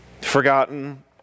Forgotten